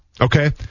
Okay